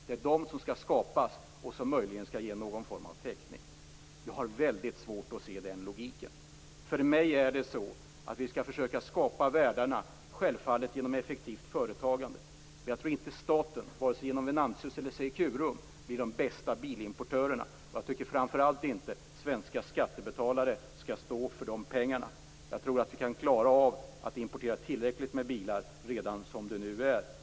Det är de som skall skapas och som möjligen skall ge någon form av täckning. Jag har väldigt svårt att se logiken. För mig är det självklart att vi skall försöka skapa värdena genom effektivt företagande. Men jag tror inte att staten, vare sig genom Venantius eller Securum, blir den bästa bilimportören. Jag tycker framför allt inte att svenska skattebetalare skall stå för pengarna. Jag tror att vi kan klara av att importera tillräckligt med bilar redan som det nu är.